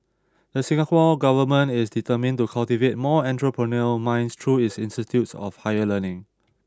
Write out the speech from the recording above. the Singapore government is determined to cultivate more entrepreneurial minds through its institutes of higher learning